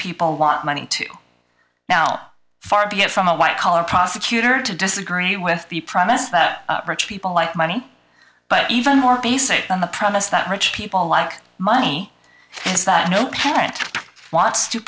people want money too now far be it from a white collar prosecutor to disagree with the premise that people like money but even more basic than the promise that rich people like money is that no parent wants to